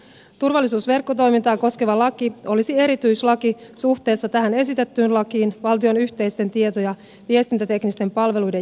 turvallisuusverkkotoimintaa koskeva laki olisi erityislaki suhteessa tähän esitettyyn lakiin valtion yhteisten tieto ja viestintäteknisten palveluiden järjestämisestä